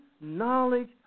knowledge